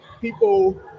people